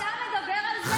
אתה מדבר על זה?